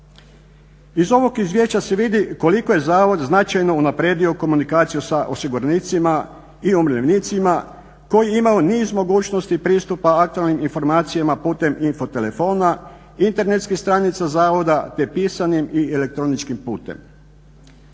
Iz ovog izvješća se vidi koliko je zavod značajno unaprijedio komunikaciju sa osiguranicima i umirovljenicima koji imaju niz mogućnosti pristupa aktualnim informacijama putem info telefona, internetskih stranica zavoda te pisanim i elektroničkim putem.